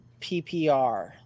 PPR